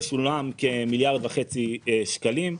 שולם כמיליארד וחצי שקלים.